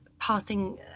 passing